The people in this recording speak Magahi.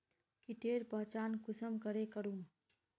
कीटेर पहचान कुंसम करे करूम?